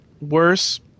worse